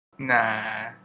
Nah